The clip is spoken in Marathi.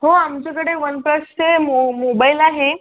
हो आमच्याकडे वन प्लसचे मो मोबाईल आहे